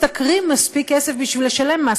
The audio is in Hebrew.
לא משתכרים מספיק כסף בשביל לשלם מס,